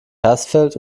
hersfeld